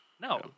no